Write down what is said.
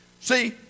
See